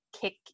kick